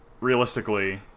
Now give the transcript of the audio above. realistically